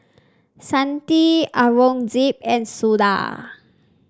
Santha Aurangzeb and Suda